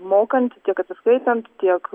mokant tiek atsiskaitant tiek